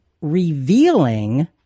revealing